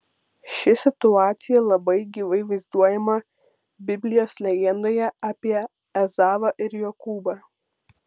ši situacija labai gyvai vaizduojama biblijos legendoje apie ezavą ir jokūbą